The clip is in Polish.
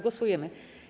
Głosujemy.